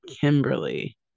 Kimberly